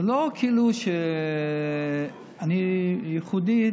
זה לא כאילו שאני ייחודי.